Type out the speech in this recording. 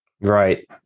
Right